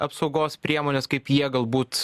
apsaugos priemones kaip jie galbūt